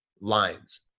lines